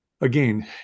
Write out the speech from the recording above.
again